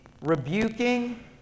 rebuking